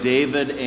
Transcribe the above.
David